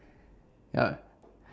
ya